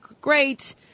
great